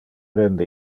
rende